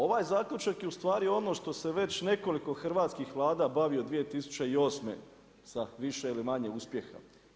Ovaj zaključak je u stvari ono što se već nekoliko hrvatskih Vlada bavi od 2008. sa više ili manje uspjeha.